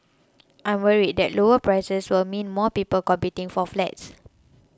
I'm worried that lower prices will mean more people competing for flats